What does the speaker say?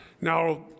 Now